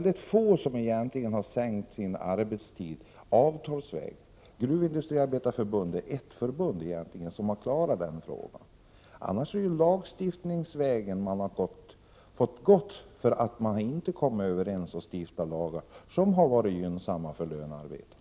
Det är få som har sänkt sin arbetstid avtalsvägen. Gruvindustriarbetareförbundet är egentligen det enda förbund som har klarat den frågan. Annars har man fått gå lagstiftningsvägen, därför att man inte har kommit överens på annat sätt om bestämmelser som har varit gynnsamma för lönearbetarna.